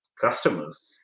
customers